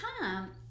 time